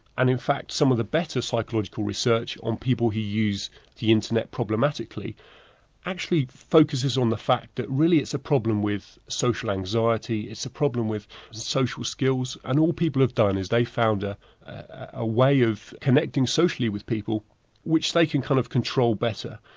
and in fact some of the better psychological research on people who use the internet problematically actually focuses on the fact that really it's a problem with social anxiety, it's a problem with social skills and all people have done is they've found ah a way of connecting socially with people which they can kind of control better.